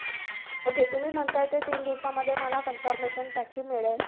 okay तुम्ही म्हणत आहे ते तीन दिवसामध्ये मला कन्फर्मेशन त्याची मिळेल